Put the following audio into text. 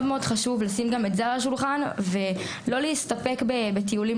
מאוד מאוד חשוב לשים גם את זה על השולחן ולא להסתפק בטיולים